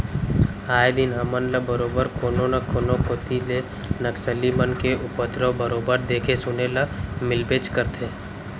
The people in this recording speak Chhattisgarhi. आए दिन हमन ल बरोबर कोनो न कोनो कोती ले नक्सली मन के उपदरव बरोबर देखे सुने ल मिलबेच करथे